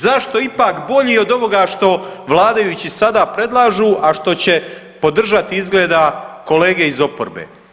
Zašto je ipak bolji od ovoga što vladajući sada predlažu, a što će podržati, izgleda, kolege iz oporbe?